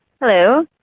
Hello